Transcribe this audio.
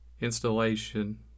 installation